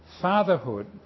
fatherhood